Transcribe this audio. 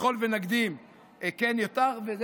וככל שנקדים כן ייטב,